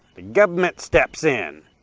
the government steps in.